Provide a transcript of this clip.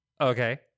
Okay